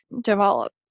develop